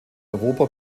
europa